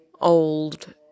old